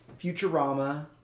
Futurama